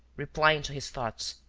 replying to his thoughts.